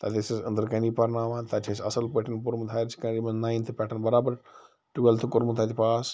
تَتہِ ٲسۍ اسہِ أنٛدرٕ کٔنی پرناوان تَتہِ چھُ اسہِ اصٕل پٲٹھۍ پوٚرمُت ہایر سیٚکنٛڈرٛی منٛز نایتھہٕ پٮ۪ٹھ برابر ٹُویٚلتھہٕ کوٚرمُت تتہِ پاس